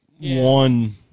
one